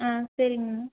ஆ சரிங்கண்ணா